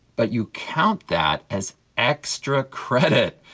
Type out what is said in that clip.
but you count that as extra credit,